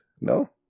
no